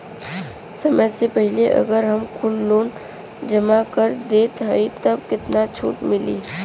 समय से पहिले अगर हम कुल लोन जमा कर देत हई तब कितना छूट मिली?